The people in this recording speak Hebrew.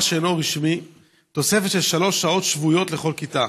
שאינו רשמי תוספת של שלוש שעות שבועיות לכל כיתה.